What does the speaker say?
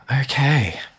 Okay